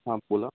हां बोला